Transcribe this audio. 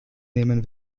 nehmen